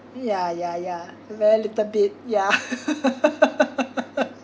ya ya ya very little bit yeah